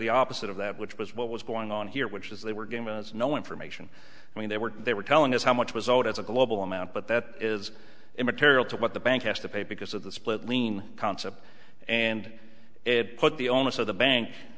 the opposite of that which was what was going on here which is they were given us no information i mean they were they were telling us how much was owed as a global amount but that is immaterial to what the bank has to pay because of the split lien concept and it put the onus of the bank